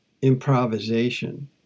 improvisation